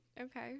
Okay